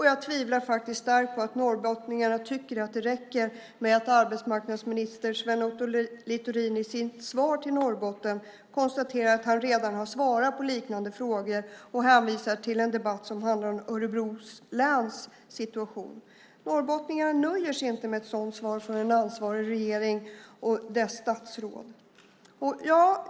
Jag tvivlar faktiskt starkt på att norrbottningarna tycker att det räcker med att arbetsmarknadsminister Sven Otto Littorin i sitt svar till Norrbotten konstaterar att han redan har svarat på liknande frågor och hänvisar till en debatt som handlar om Örebro läns situation. Norrbottningarna nöjer sig inte med ett sådant svar från en ansvarig regering och dess statsråd.